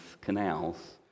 canals